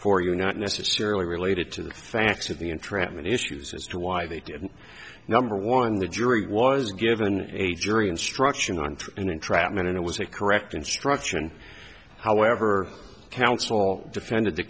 for you are not necessarily related to the facts of the entrapment issues as to why they didn't number one the jury was given a jury instruction on an entrapment and it was a correct instruction however counsel defended th